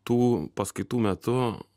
tų paskaitų metu